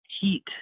heat